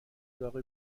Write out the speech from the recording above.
داغ